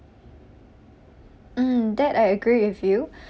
mm that I agree with you